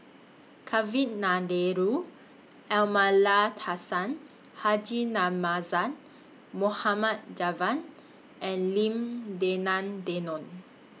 Amallathasan Haji Namazie Mohamed Javad and Lim Denan Denon